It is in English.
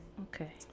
Okay